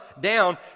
down